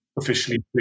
officially